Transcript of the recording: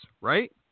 right